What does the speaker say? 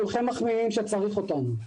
כולכם מחמיאים שצריך אותנו,